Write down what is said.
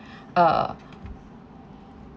uh